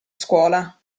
scuola